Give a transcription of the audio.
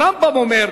הרמב"ם אומר: